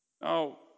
Now